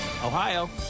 Ohio